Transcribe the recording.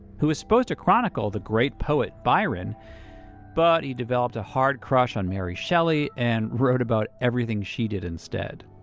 who was supposed to chronicle the great poet byron but he developed a hard crush on mary shelley and wrote about everything she did instead.